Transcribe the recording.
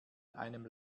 einem